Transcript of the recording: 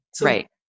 Right